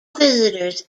visitors